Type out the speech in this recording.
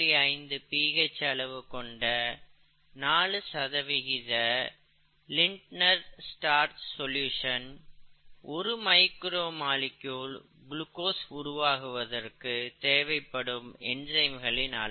5 pH அளவு கொண்ட 4 Lintner starch solution இல் 1 மைக்ரோ மால் குளுக்கோஸ் உருவாகுவதற்கு தேவைப்படும் என்சைம்களின் அளவு